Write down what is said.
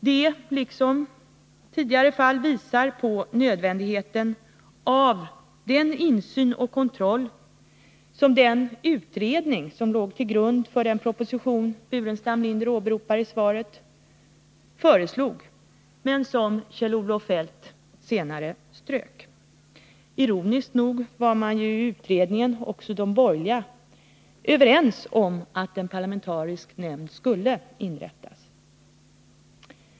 Detta liksom tidigare fall visar på nödvändigheten av den insyn och kontroll som den utredning föreslog som låg till grund för propositionen Staffan Burenstam Linder åberopar i svaret men som Kjell-Olof Feldt senare strök. Ironiskt nog var också de borgerliga i utredningen överens om att en parlamentarisk nämnd skulle inrättas.